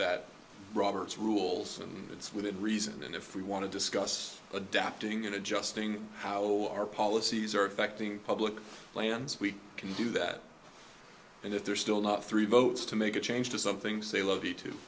that robert's rules and it's within reason and if we want to discuss adapting and adjusting how our policies are affecting public lands we can do that and if there's still not three votes to make a change to something say lovey to